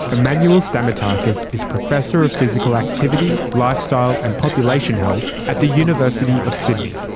emmanuel stamatakis is professor of physical activity, lifestyle and population health at the university of sydney.